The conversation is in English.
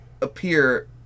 appear